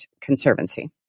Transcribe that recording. Conservancy